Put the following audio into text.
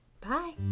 Bye